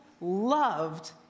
loved